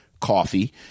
Coffee